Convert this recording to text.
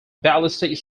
ballistic